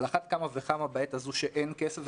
על אחת כמה וכמה בעת הזאת כשאין כסף,